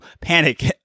panic